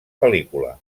pel·lícula